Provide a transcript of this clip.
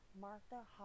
Martha